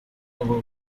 over